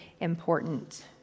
important